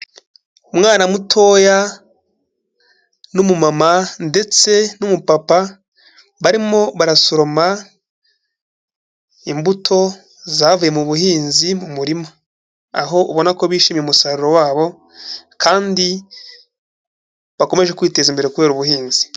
Umwana mutoya n'umumama ndetse n'umupapa barimo barasoroma imbuto zavuye mu buhinzi mu murima, aho ubona ko bishimiye umusaruro wabo kandi bakomeje kwiteza imbere kubera ubuhinzi.